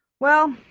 well,